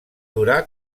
durar